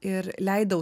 ir leidau